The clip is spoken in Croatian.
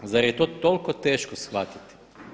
Zar je to tolko teško shvatiti?